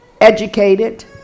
educated